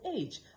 age